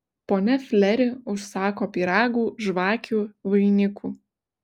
ponia fleri užsako pyragų žvakių vainikų